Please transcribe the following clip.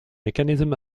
mechanism